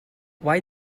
why